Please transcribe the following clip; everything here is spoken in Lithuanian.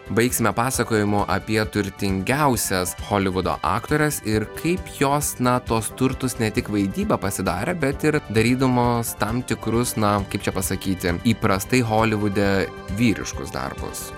baigsime pasakojimu apie turtingiausias holivudo aktores ir kaip jos na tuos turtus ne tik vaidyba pasidarė bet ir darydamos tam tikrus na kaip čia pasakyti įprastai holivude vyriškus darbus